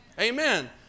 Amen